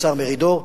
השר מרידור,